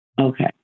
Okay